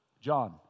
John